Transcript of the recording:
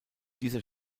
dieser